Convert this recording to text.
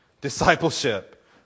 Discipleship